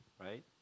right